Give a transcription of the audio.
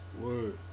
Word